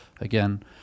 again